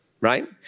Right